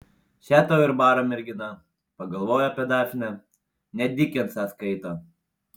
še tau ir baro mergina pagalvojo apie dafnę net dikensą skaito